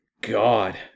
God